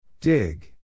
Dig